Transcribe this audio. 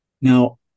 Now